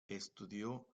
estudió